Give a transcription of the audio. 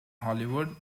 hollywood